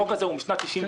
החוק הזה הוא משנת 1961,